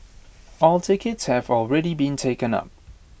all tickets have already been taken up